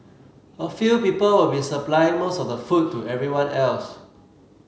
a few people will be supplying most of the food to everyone else